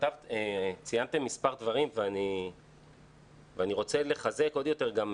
ציינתם מספר דברים ואני רוצה לחזק עוד יותר.